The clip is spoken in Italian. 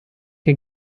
che